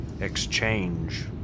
exchange